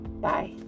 bye